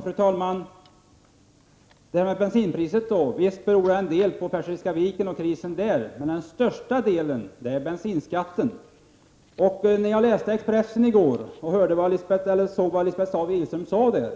Fru talman! Visst beror det höga bensinpriset till en del på krisen vid Persiska viken, men den största delen utgörs av bensinskatten. När jag läste Expressen i går såg jag vad Lisbeth Staaf-Igelström skrev